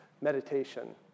meditation